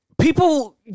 people